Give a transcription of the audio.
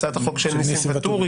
הצעת החוק של ניסים ואטורי,